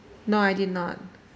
no I did not